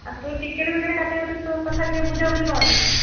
ଆଉ ତୁ ଟିକେଟ ଫିକେଟ କାଟିବାକୁ ସେ କଥା ଟିକେ ବୁଝାବୁଝି କର